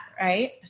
right